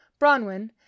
Bronwyn